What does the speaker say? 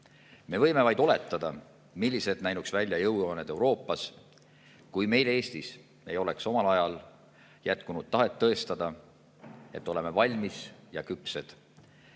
Me võime vaid oletada, millised näinuks välja jõujooned Euroopas, kui meil Eestis ei oleks omal ajal jätkunud tahet tõestada, et oleme valmis ja küpsed